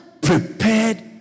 prepared